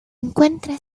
encuentra